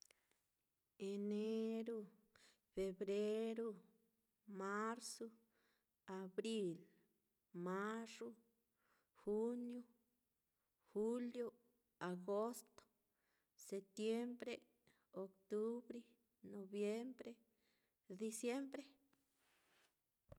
Eneru, febreru, marzu, abril, mayu juniu, juliu, agosto. setiembre, octubri, nobiembre, diciembre.